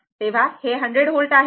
तर ते 100 व्होल्ट आहे